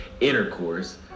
intercourse